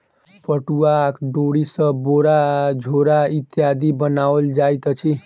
पटुआक डोरी सॅ बोरा झोरा इत्यादि बनाओल जाइत अछि